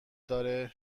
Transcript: داره